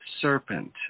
Serpent